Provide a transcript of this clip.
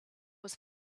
was